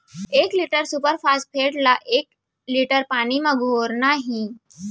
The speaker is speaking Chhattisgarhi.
एक लीटर सुपर फास्फेट ला कए लीटर पानी मा घोरना हे?